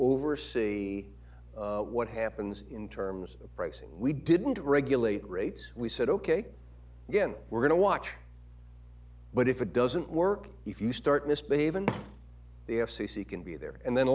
oversee what happens in terms of pricing we didn't regulate rates we said ok again we're going to watch but if it doesn't work if you start misbehaving the f c c can be there and then